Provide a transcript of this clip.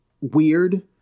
weird